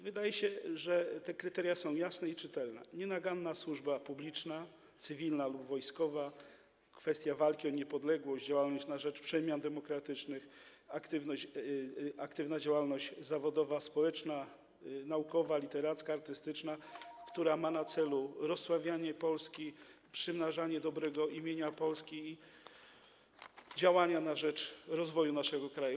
Wydaje się, że te kryteria są jasne i czytelne - nienaganna służba publiczna, cywilna lub wojskowa, walka o niepodległość, działalność na rzecz przemian demokratycznych, aktywna działalność zawodowa, społeczna, naukowa, literacka, artystyczna, które mają na celu rozsławianie Polski, pomnażanie dobrego imienia Polski, działania na rzecz rozwoju naszego kraju.